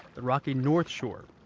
the rocky north shore,